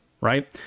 right